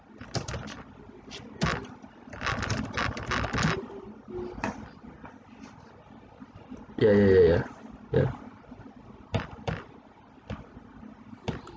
ya ya ya ya ya